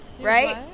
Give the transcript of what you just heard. right